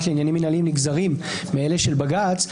לעניינים מינהליים נגזרים מאלה של בג"ץ,